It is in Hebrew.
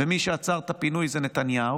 ומי שעצר את הפינוי זה נתניהו.